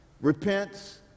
repents